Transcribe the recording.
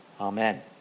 amen